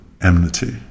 enmity